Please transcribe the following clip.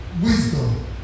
wisdom